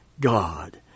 God